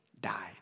died